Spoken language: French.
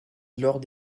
lors